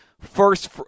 first